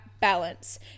balance